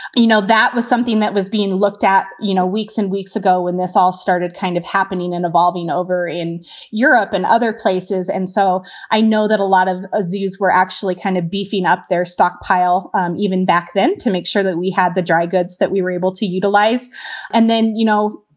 you know, that was something that was being looked at, you know, weeks and weeks ago when this all started kind of happening and evolving over in europe and other places. and so i know that a lot of ah zoos were actually kind of beefing up their stockpile even back then to make sure that we had the dry goods that we were able to utilize and then, you know